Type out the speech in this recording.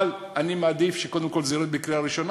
אבל אני מעדיף שקודם כול זה ירד לקריאה ראשונה,